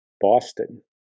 Boston